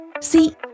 See